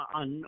on